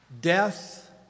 Death